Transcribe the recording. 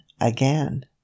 again